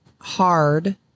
hard